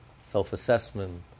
self-assessment